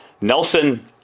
Nelson